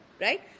right